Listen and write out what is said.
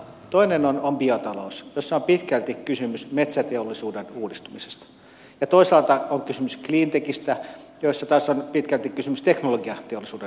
toinen on biotalous jossa on pitkälti kysymys metsäteollisuuden uudistumisesta ja toisaalta on kysymys cleantechistä jossa taas on pitkälti kysymys teknologiateollisuuden uusiutumisesta